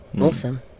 Awesome